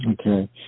okay